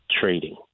trading